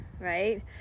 right